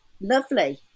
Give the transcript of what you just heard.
lovely